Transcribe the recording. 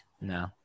No